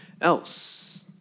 else